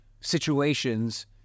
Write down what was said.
situations